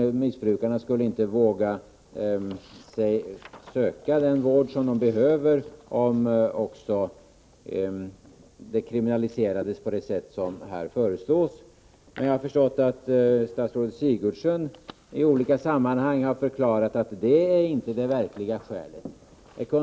Missbrukarna skulle inte våga söka den vård de behöver om bruket kriminaliserades på det sätt som föreslås. Men jag har förstått att statsrådet Sigurdsen i olika sammanhang har förklarat att detta inte är det verkliga skälet.